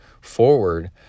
forward